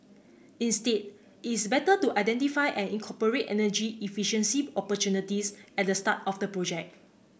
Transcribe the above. instead it's better to identify and incorporate energy efficiency opportunities at the start of the project